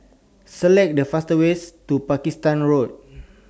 Select The fastest Way to Pakistan Road